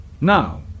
Now